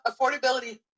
affordability